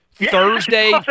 Thursday